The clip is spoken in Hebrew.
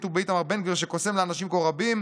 ובאיתמר בן גביר שקוסם לאנשים כה רבים.